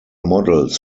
models